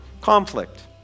conflict